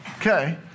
Okay